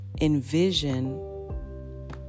envision